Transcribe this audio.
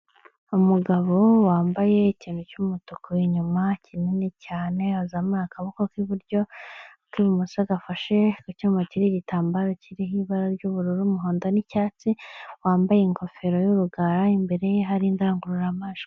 Umugabo wambaye ikintu cy'umutuku inyuma kinini cyane azamoye akaboko k'iburyo, k'ibumoso gafashe icyuma kiriho igitambaro kiriho ibara ry'ubururu umuhondo n'icyatsi, wambaye ingofero y'urugara imbere ye hari indangururamajwi.